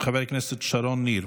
חברת הכנסת שרון ניר,